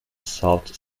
south